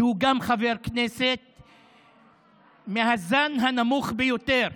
שהוא גם חבר כנסת מהזן הנמוך ביותר.